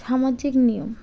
সামাজিক নিয়ম